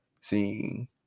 seeing